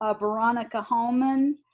ah veronica hallman,